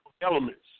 elements